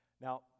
Now